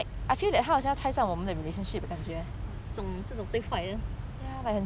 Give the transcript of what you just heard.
这种这种最坏的